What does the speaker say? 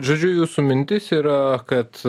žodžiu jūsų mintis yra kad